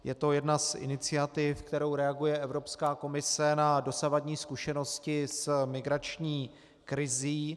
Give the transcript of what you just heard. Je to jedna z iniciativ, kterou reaguje Evropská komise na dosavadní zkušenosti s migrační krizí.